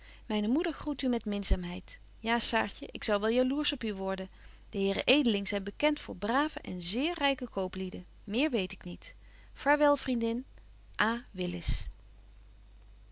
myne moeder groet u met minzaamheid ja saartje ik zou wel jalours op u worden de heren edeling zyn bekent voor brave en zeer ryke kooplieden meer weet ik niet vaarwel vriendin